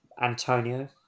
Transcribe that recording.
Antonio